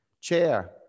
Chair